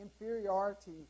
inferiority